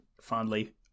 Fondly